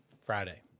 Friday